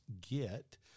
get